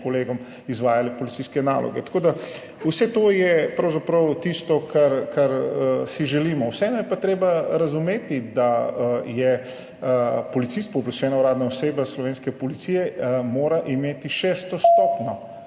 izvajali policijske naloge. Vse to je pravzaprav tisto, kar si želimo, vseeno je pa treba razumeti, da je policist pooblaščena uradna oseba slovenske policije, mora imeti šesto stopnjo